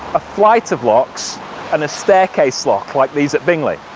a flight of locks and a staircase lock like these at bingley.